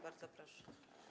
Bardzo proszę.